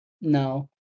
No